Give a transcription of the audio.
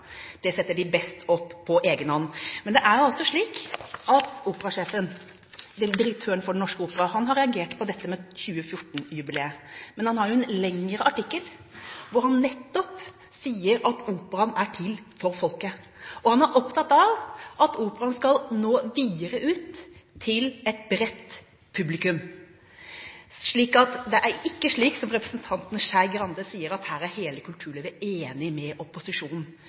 Det setter de best opp på egen hånd. Men det er altså slik at direktøren for Den Norske Opera har reagert på dette med 2014-jubileet. Han har jo en lengre artikkel hvor han nettopp sier at Operaen er til for folket, og han er opptatt av at Operaen skal nå videre ut til et bredt publikum. Så det er ikke slik som representanten Skei Grande sier, at her er hele kulturlivet enig med opposisjonen.